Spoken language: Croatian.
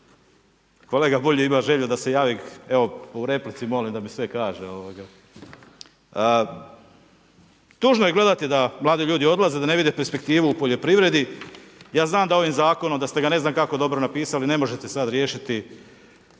Kolega Bulj ima želju da se javi, evo u replici molim da mi sve kaže. Tužno je gledati da mladi ljudi odlaze, da ne vide perspektivu u poljoprivredi, ja znam da ovim zakonom, da ste ne znam kako dobro napisali, ne možete sad riješiti